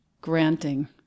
granting